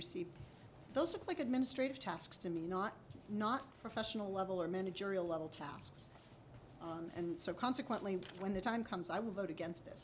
received those look like administrative tasks to me not not professional level or managerial level tasks and so consequently when the time comes i will vote against